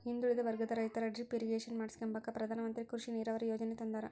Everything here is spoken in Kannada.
ಹಿಂದುಳಿದ ವರ್ಗದ ರೈತರಿಗೆ ಡಿಪ್ ಇರಿಗೇಷನ್ ಮಾಡಿಸ್ಕೆಂಬಕ ಪ್ರಧಾನಮಂತ್ರಿ ಕೃಷಿ ನೀರಾವರಿ ಯೀಜನೆ ತಂದಾರ